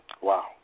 Wow